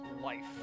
Life